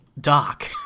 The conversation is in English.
Doc